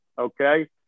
okay